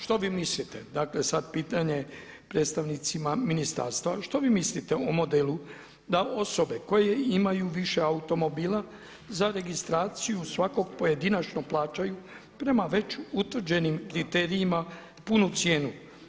Što vi mislite, dakle sad pitanje predstavnicima ministarstva što vi mislite o modelu da osobe koje imaju više automobila za registraciju svakog pojedinačno plaćaju prema već utvrđenim kriterijima punu cijenu.